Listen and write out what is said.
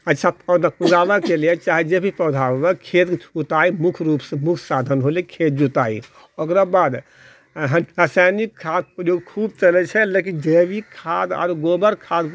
अच्छा पौधा उगाबऽके लिए चाहे जे भी पौधा हुए जोताए मुख्य साधन भेलै खेत जुताइ ओकरो बाद रसायनिक खाद्य प्रयोग खूब चलै छै लेकिन जैविक खाद्य आओर गोबर खाद्य